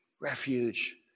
refuge